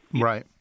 right